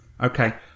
Okay